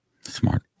Smart